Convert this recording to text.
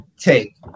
take